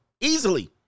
easily